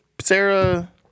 Sarah